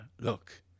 Look